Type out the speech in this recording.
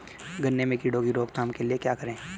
गन्ने में कीड़ों की रोक थाम के लिये क्या करें?